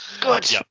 Good